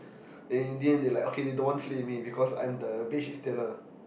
then in the end they like okay they don't want to sleep with me because I'm the bedsheet stealer